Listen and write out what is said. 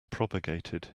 propagated